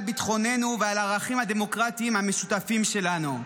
ביטחוננו ועל הערכים הדמוקרטיים המשותפים שלנו.